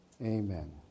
amen